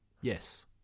Yes